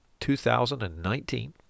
2019